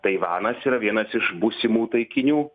taivanas yra vienas iš būsimų taikinių